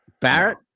Barrett